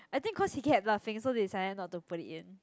I think cause he kept laughing so they decided not to put it in